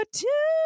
two